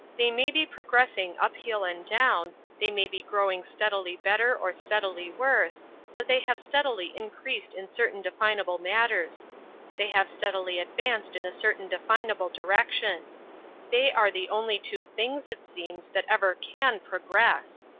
they may be progressing uphill and down they may be growing steadily better or steadily worse but they have steadily increased in certain definable matters they have steadily advanced in a certain definable direction they are the only two things, it seems, that ever can progress.